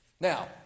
Now